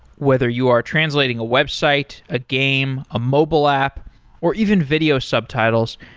whether you are translating a website, a game, a mobile app or even video subtitles,